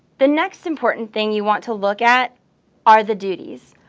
the next important thing you want to look at are the duties.